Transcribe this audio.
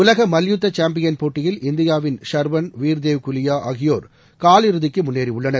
உலக மல்யுத்த சாம்பியன் போட்டியில் இந்தியாவின் ஷர்வன் வீர்தேவ் குலியா ஆகியோர் காலிறுதிக்கு முன்னேறியுள்ளனர்